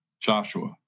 joshua